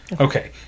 Okay